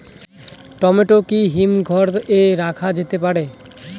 Tomato কি হিমঘর এ রাখা যেতে পারে?